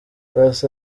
paccy